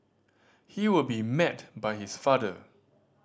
he will be met by his father